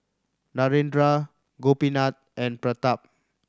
Narendra Gopinath and Pratap